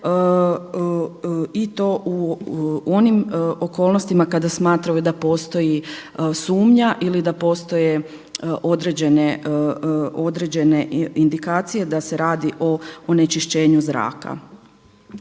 i to u onim okolnostima kada smatraju da postoji sumnja ili da postoje određene indikacije da se radi o onečišćenju zraka.